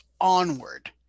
onward